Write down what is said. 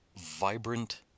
vibrant